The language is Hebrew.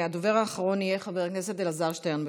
הדובר האחרון יהיה חבר הכנסת אלעזר שטרן.